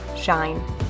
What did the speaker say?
shine